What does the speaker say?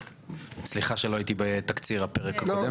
סליחה שלא הייתי בתקציר הפרק הקודם.